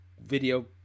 video